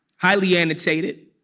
highly annotated,